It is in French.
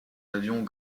avions